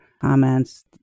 comments